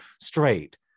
straight